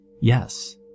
Yes